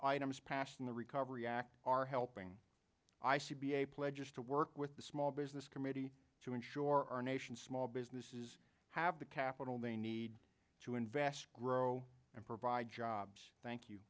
items passed in the recovery act are helping i see be a pledge to work with the small business committee to ensure our nation's small businesses have the capital they need to invest grow and provide jobs thank you